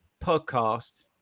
podcast